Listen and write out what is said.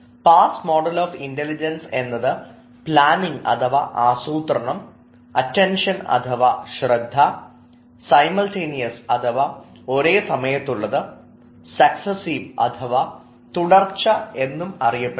pass model of intelligence എന്നത് planning അഥവാ ആസൂത്രണം അറ്റൻഷൻ അഥവാ ശ്രദ്ധ സൈമൾടെനിയസ് അഥവാ ഒരേസമയത്തുള്ളത് സക്സ്സീവ് അഥവാ തുടർച്ച എന്നും അറിയപ്പെടുന്നു